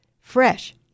fresh